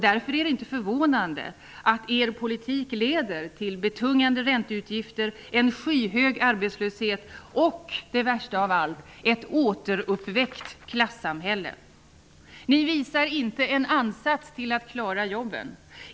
Därför är det inte förvånande att er politik leder till betungande ränteutgifter, en skyhög arbetslöshet och -- det värsta av allt -- ett återuppväckt klassamhälle. Ni visar inte en ansats till att klara jobben.